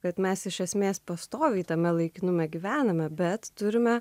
kad mes iš esmės pastoviai tame laikinume gyvename bet turime